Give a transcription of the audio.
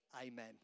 Amen